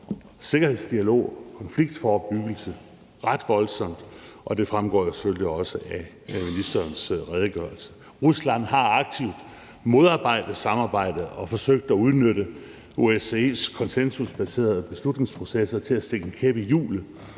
sikkerhedsdialog og konfliktforebyggelse ret voldsomt, og det fremgår selvfølgelig også af ministerens redegørelse. Rusland har aktivt modarbejdet samarbejdet og forsøgt at udnytte OSCE's konsensusbaseret beslutningsprocesser til at stikke en kæp i hjulet,